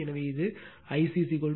எனவே இது Ic 6